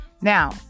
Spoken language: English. Now